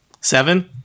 Seven